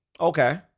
okay